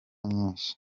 nyinshi